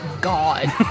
god